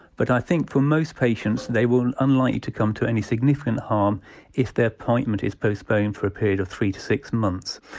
but i think for most patients they will unlikely to come to any significant harm if their appointment is postponed for a period of three to six months.